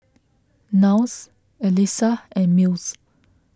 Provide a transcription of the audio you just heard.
Niles Elissa and Mills